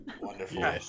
Wonderful